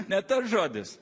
ne tas žodis